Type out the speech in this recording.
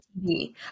TV